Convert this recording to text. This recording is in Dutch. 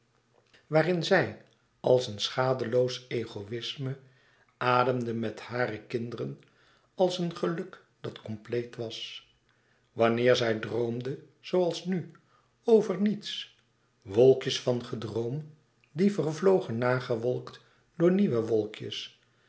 waarin zij als in een schadeloos egoïsme ademde met hare kinderen als een geluk dat compleet was wanneer zij droomde zooals nu over niets wolkjes van gedroom die vervlogen nagewolkt door nieuwe wolkjes